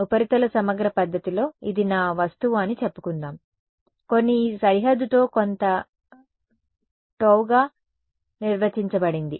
ఉపరితల సమగ్ర పద్ధతిలో ఇది నా వస్తువు అని చెప్పుకుందాం కొన్ని ఈ సరిహద్దుతో కొంత Γగా నిర్వచించబడింది